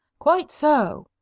quite so,